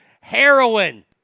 Heroin